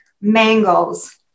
mangles